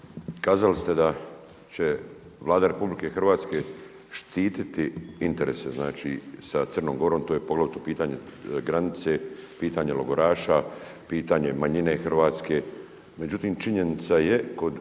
kazali ste da će Vlada RH štititi interese znači sa Crnom Gorom to je pogotovo pitanje granice, pitanje logoraša, pitanje manjine hrvatske, međutim činjenica je kod